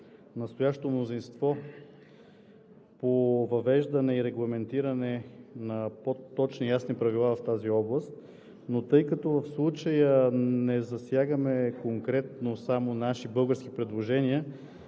настоящото мнозинство по въвеждане и регламентиране на по-точни и ясни правила в тази област, но тъй като в случая не засягаме конкретно само наши, български предложения,